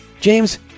James